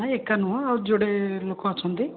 ନାହିଁ ଏକା ନୁହେଁ ଆଉ ଯୋଡ଼େ ଲୋକ ଅଛନ୍ତି